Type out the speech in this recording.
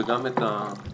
וגם על הציפיות.